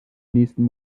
nächsten